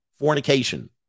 fornication